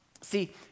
See